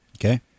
Okay